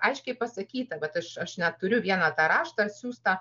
aiškiai pasakyta vat aš aš net turiu vieną tą raštą siųstą